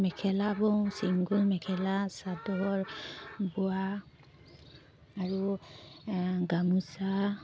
মেখেলা বওঁ চিংগুল মেখেলা চাদৰ বোৱা আৰু গামোচা